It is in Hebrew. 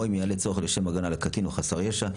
או אם יעלה צורך לשם הגנה על הקטין או על חסר הישע,